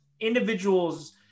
individuals